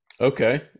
Okay